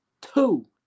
two